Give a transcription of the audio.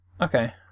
Okay